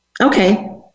Okay